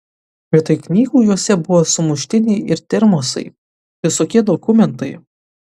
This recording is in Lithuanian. vietoj knygų juose buvo sumuštiniai ir termosai visokie dokumentai